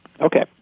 okay